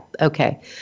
okay